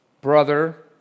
brother